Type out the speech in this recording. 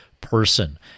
person